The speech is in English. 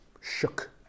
shook